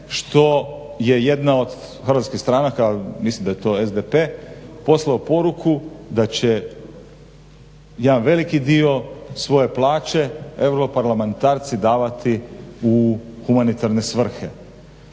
što je jedna od hrvatskih stranaka, mislim da je to SDP poslao poruku da će jedan veliki dio svoje plaće europarlamentarci davati u humanitarne svrhe.